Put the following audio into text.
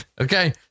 Okay